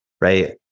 right